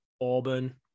Auburn